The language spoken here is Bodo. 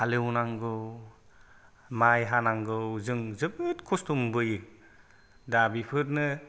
हालेवनांगौ माइ हानांगौ जों जोबोद खस्थ' मोनबोयो दा बेफोरनो